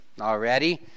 already